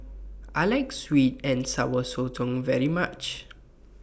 I like Sweet and Sour Sotong very much